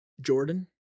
Jordan